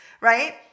right